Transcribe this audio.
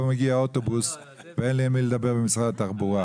מגיע ואין לי עם מי לדבר במשרד התחבורה.